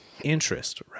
interest